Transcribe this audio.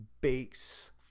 base